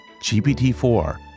GPT-4